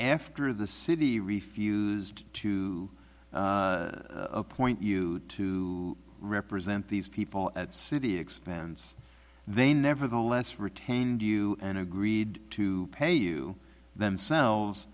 after the city refused to appoint you to represent these people at city expense they nevertheless retained you and agreed to pay you themselves